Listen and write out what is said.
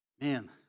man